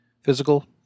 physical